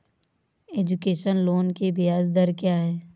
Education loan की ब्याज दर क्या है?